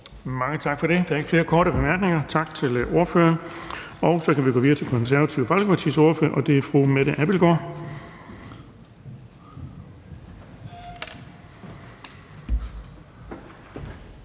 Mange tak for det. Der er ikke flere korte bemærkninger. Tak til ordføreren. Så kan vi gå videre til Det Konservative Folkepartis ordfører, og det er fru Mette Abildgaard.